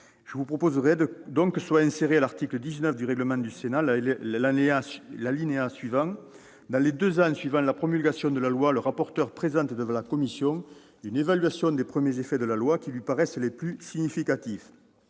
je proposerai que soit inséré à l'article 19 du règlement du Sénat les dispositions suivantes :« Dans les deux ans suivant la promulgation de la loi, le rapporteur présente devant la commission une évaluation des premiers effets de la loi qui lui paraissent les plus significatifs.